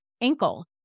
ankle